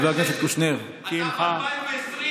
חבר הכנסת קושניר, הערתך נשמעה.